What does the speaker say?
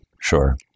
sure